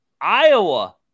Iowa